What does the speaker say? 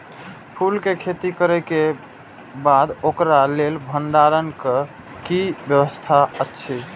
फूल के खेती करे के बाद ओकरा लेल भण्डार क कि व्यवस्था अछि?